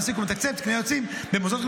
המשרד מעסיק או מתקצב תקני יועצים במוסדות החינוך